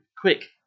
quick